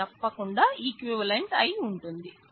అవి తప్పకుండా ఈక్వివాలెంట్ అయి ఉంటుంది